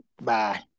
Bye